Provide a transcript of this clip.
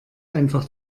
einfach